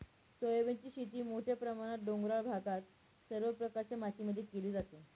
सोयाबीनची शेती मोठ्या प्रमाणात डोंगराळ भागात सर्व प्रकारच्या मातीमध्ये केली जाते